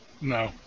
No